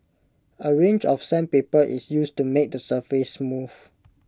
A range of sandpaper is used to make the surface smooth